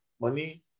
money